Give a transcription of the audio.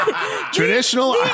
traditional